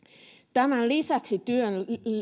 tämän lisäksi työn